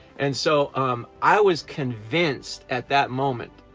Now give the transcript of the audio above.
and so um i was convinced at that moment.